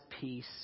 peace